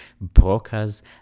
brokers